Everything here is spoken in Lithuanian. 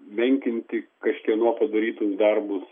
menkinti kažkieno padarytus darbus